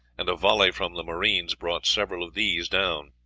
and a volley from the marines brought several of these down.